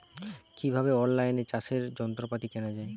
কিভাবে অন লাইনে চাষের যন্ত্রপাতি কেনা য়ায়?